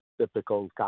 typical